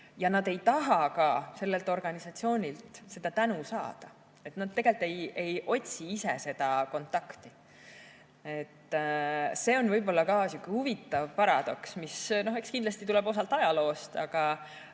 ja nad ei taha ka organisatsioonilt tänu saada. Nad tegelikult ei otsi ise seda kontakti. See on võib-olla ka sihuke huvitav paradoks. No eks kindlasti see tuleb osalt ajaloost.